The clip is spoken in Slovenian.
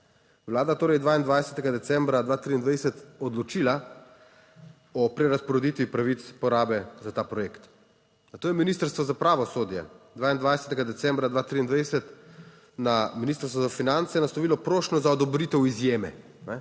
Vlada torej 22. decembra 2023 odločila o prerazporeditvi pravic porabe za ta projekt. Zato je Ministrstvo za pravosodje 22. decembra 2023 na Ministrstvo za finance naslovilo prošnjo za odobritev izjeme,